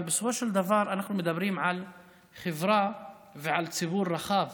אבל בסופו של דבר אנחנו מדברים על חברה ועל ציבור רחב,